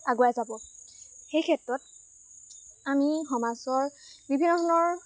আগুৱাই যাব সেই ক্ষেত্ৰত আমি সমাজৰ বিভিন্ন ধৰণৰ